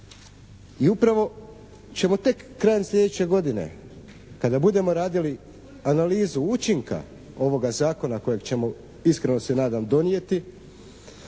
i upravo ćemo tek krajem sljedeće godine kada budemo radili analizu učinka ovoga Zakona kojeg ćemo iskreno se nadam donijeti